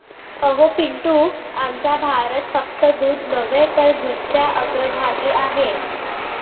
अहो पिंटू, आमचा भारत फक्त दूध नव्हे तर जूटच्या अग्रभागी आहे